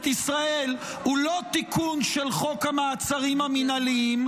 ישראל הוא לא תיקון של חוק המעצרים המינהליים,